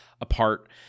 apart